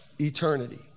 eternity